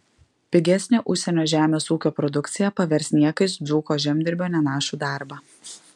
pigesnė užsienio žemės ūkio produkcija pavers niekais dzūko žemdirbio nenašų darbą